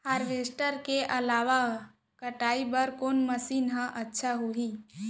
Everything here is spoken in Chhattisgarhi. हारवेस्टर के अलावा कटाई बर कोन मशीन अच्छा होही?